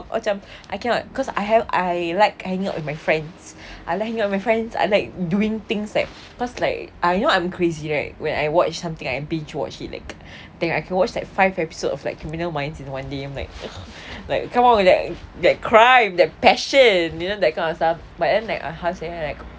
macam I cannot cause I have I like hanging out with my friends I like hanging out with my friends I like doing things like cause like ah you know I'm crazy right when I watch something I binge watch it like then I can watch like five episode of like criminal minds in one day then I'm like ugh like come on like that crime the passion you know that kind of stuff but then like how to say like